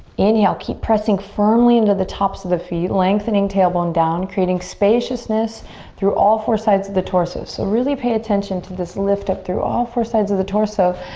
inhale, keep pressing firmly into the tops of the feet. lengthening tailbone down, creating spaciousness through all four sides of the torso. so really pay attention to this lift up through all four sides of the torso.